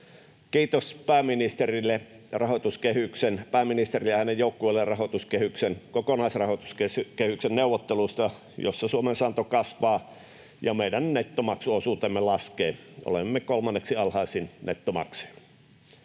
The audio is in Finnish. Kiitos pääministerille ja hänen joukkueelleen neuvotteluista kokonaisrahoituskehyksestä, jossa Suomen saanto kasvaa ja meidän nettomaksuosuutemme laskee — olemme kolmanneksi alhaisin nettomaksaja.